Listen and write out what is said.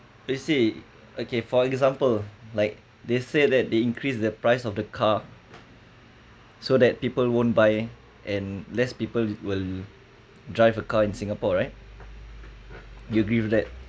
let's say okay for example like they said that they increase the price of the car so that people won't buy and less people will drive a car in singapore right you agree with that